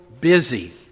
busy